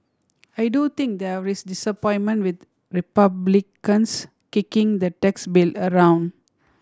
I do think there is disappointment with Republicans kicking the tax bill around